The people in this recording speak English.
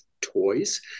toys